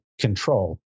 control